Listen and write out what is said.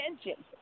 attention